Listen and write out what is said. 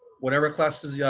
whatever classes. yeah